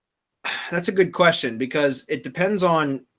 that's a good question because it depends on,